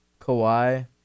Kawhi